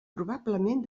probablement